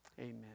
Amen